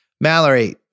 Mallory